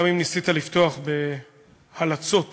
גם אם ניסית לפתוח בהלצות ובהומור.